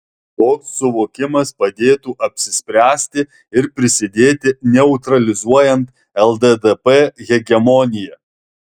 toks suvokimas padėtų apsispręsti ir prisidėti neutralizuojant lddp hegemoniją